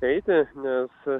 eiti nes